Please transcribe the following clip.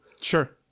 Sure